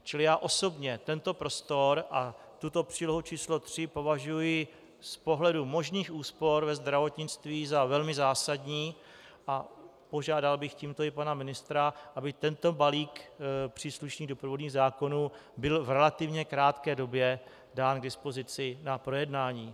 Čili já osobně tento prostor a tuto přílohu č. 3 považuji z pohledu možných úspor ve zdravotnictví za velmi zásadní a požádal bych tímto i pana ministra, aby tento balík příslušných doprovodných zákonů byl v relativně krátké době dán k dispozici na projednání.